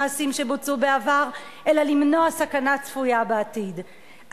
במקום לעשות תחליף דמוקרטי לחקיקת החירום,